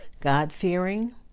God-fearing